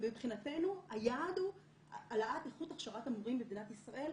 מבחינתנו היעד הוא העלאת איכות הכשרת המורים במדינת ישראל.